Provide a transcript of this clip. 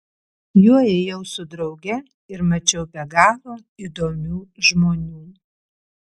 juo ėjau su drauge ir mačiau be galo įdomių žmonių